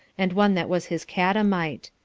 and one that was his catamite.